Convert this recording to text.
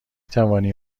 توانی